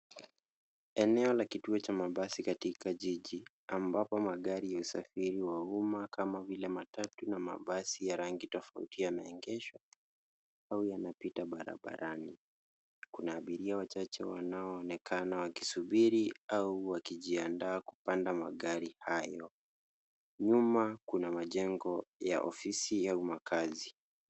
Eneo la kituo cha mabasi katika jiji ambapo magari ya usafiri wa uma kama vile matatu na mabasi ya rangi tofauti yameegeshwa au yanapita barabarani. Kuna abiria wachache wanaonekana kusubiri au wakijiandaa kupanda magari hayo. Nyuma kuna majengo ya ofisi ya uma kazi.